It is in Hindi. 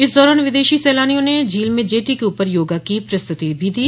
इस दौरान विदेशी सैलानियों ने झील में जेटी के ऊपर योगा की प्रस्तुति भी दी